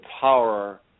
power